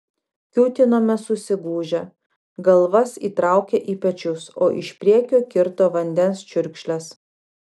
kiūtinome susigūžę galvas įtraukę į pečius o iš priekio kirto vandens čiurkšlės